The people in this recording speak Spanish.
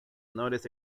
honores